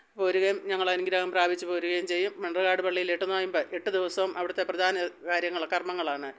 പോരുകയും ഞങ്ങളനുഗ്രഹം പ്രാപിച്ച് പോരുകയും ചെയ്യും മണർക്കാട് പള്ളിയിലെട്ട് നോയമ്പ് എട്ട് ദിവസവും അവിടുത്തെ പ്രധാനകാര്യങ്ങള് കർമ്മങ്ങളാണ്